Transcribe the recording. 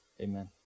amen